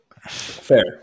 Fair